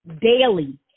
daily